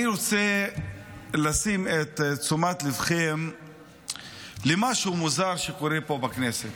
אני רוצה שתיתנו את תשומת ליבכם למשהו מוזר שקורה פה בכנסת.